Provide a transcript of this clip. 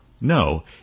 No